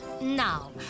Now